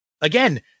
Again